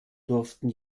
durften